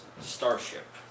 Starship